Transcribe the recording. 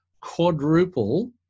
quadruple